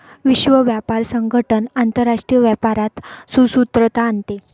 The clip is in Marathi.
विश्व व्यापार संगठन आंतरराष्ट्रीय व्यापारात सुसूत्रता आणते